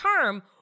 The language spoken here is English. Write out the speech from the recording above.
term